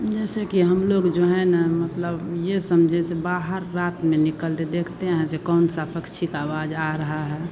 जैसे कि हम लोग जो है ना मतलब यह सम जैसे बाहर रात में निकलते देखते हैं जे कौन सा पक्षी की आवाज़ आ रही है